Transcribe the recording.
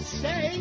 say